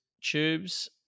Tubes